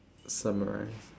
summarize